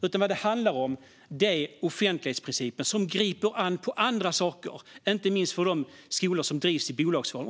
Vad det handlar om är offentlighetsprincipen, som griper an på andra saker, inte minst för de skolor som drivs i bolagsform.